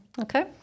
Okay